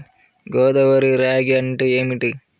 గోదావరి రాగి అంటే ఏమిటి?